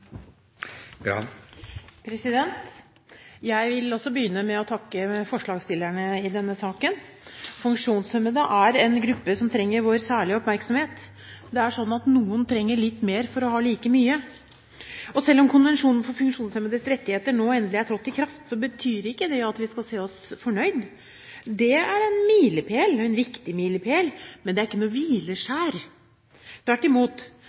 Jeg vil også begynne med å takke forslagsstillerne i denne saken. Funksjonshemmede er en gruppe som trenger vår særlige oppmerksomhet. Noen trenger litt mer for å ha like mye. Selv om konvensjonen for funksjonshemmedes rettigheter nå endelig er trådt i kraft, betyr ikke det at vi kan si oss fornøyd. Det er en milepæl – en viktig milepæl – men det er ikke noe hvileskjær. Tvert imot: